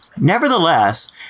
Nevertheless